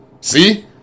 See